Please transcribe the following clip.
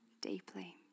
deeply